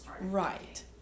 Right